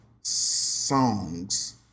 songs